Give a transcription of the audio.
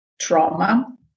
trauma